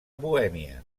bohèmia